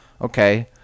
okay